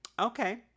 Okay